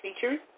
features